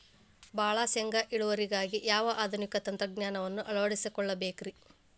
ಭಾಳ ಶೇಂಗಾ ಇಳುವರಿಗಾಗಿ ಯಾವ ಆಧುನಿಕ ತಂತ್ರಜ್ಞಾನವನ್ನ ಅಳವಡಿಸಿಕೊಳ್ಳಬೇಕರೇ?